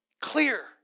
clear